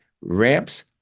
ramps